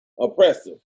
oppressive